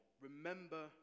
remember